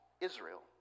Israel